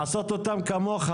לעשות אותם כמוך,